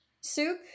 Soup